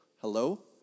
hello